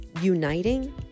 uniting